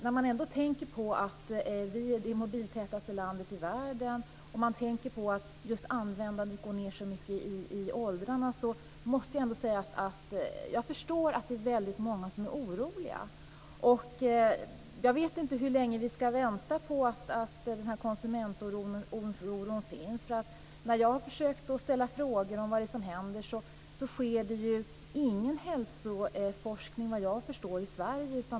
När jag tänker på att Sverige är det mobiltätaste landet i världen och att användandet går ned så lågt i åldrarna måste jag ändå säga att jag förstår att det är väldigt många som är oroliga. Jag vet inte hur länge denna konsumentoro ska finnas. Jag har försökt att ställa frågor om vad det är som händer. Det sker såvitt jag förstår ingen hälsoforskning i Sverige.